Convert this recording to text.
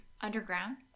Underground